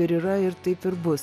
ir yra ir taip ir bus